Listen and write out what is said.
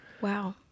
Wow